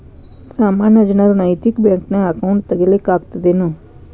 ಸಾಮಾನ್ಯ ಜನರು ನೈತಿಕ ಬ್ಯಾಂಕ್ನ್ಯಾಗ್ ಅಕೌಂಟ್ ತಗೇ ಲಿಕ್ಕಗ್ತದೇನು?